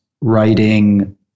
writing